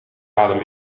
adem